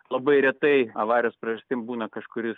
labai retai avarijos priežastim būna kažkuris